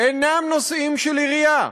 אינם נושאים של עירייה,